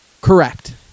Correct